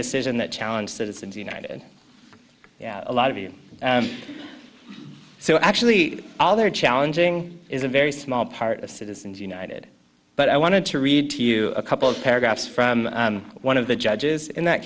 decision that challenge citizens united a lot of you so actually all they're challenging is a very small part of citizens united but i want to read to you a couple of paragraphs from one of the judges in that